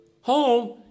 home